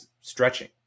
stretching